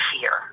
fear